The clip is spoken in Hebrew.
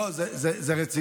לא, זה רציני.